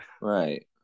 right